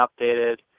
updated